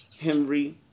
Henry